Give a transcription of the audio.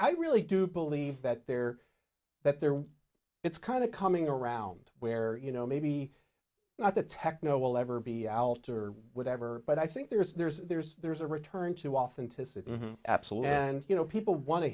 i really do believe that there that there were it's kind of coming around where you know maybe not that techno will ever be out or whatever but i think there's there's there's there's a return to authenticity absolutely and you know people want to